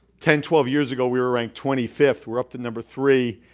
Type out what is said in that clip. ten, twelve years ago, we were ranked twenty fifth. we're up to number three.